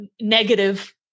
negative